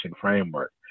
framework